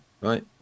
Right